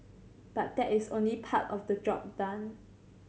but that is only part of the job done